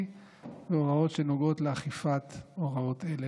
והוראות שנוגעות לאכיפת הוראות אלה.